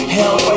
help